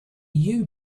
you